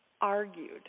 argued